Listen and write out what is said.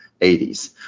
80s